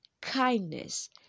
kindness